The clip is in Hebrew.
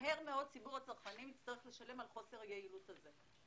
מהר מאוד ציבור הצרכנים יצטרך לשלם על חוסר היעילות הזאת.